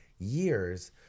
years